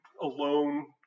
alone